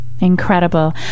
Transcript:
Incredible